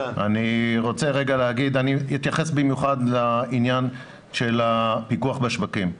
אני אתייחס במיוחד לפיקוח בשווקים.